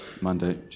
Monday